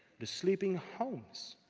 the sleeping homes,